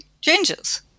changes